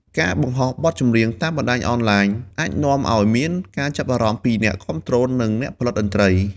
ការបង្ហោះបទចម្រៀងតាមបណ្ដាញអនឡាញអាចនាំឱ្យមានការចាប់អារម្មណ៍ពីអ្នកគាំទ្រនិងអ្នកផលិតតន្ត្រី។